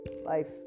life